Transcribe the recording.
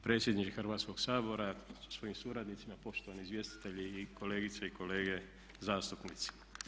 Predsjedniče Hrvatskoga sabora, svojim suradnicima, poštovani izvjestitelji i kolegice i kolege zastupnici.